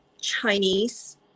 Chinese